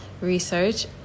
research